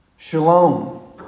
Shalom